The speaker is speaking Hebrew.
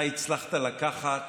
אתה הצלחת לקחת